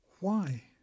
Why